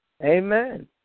Amen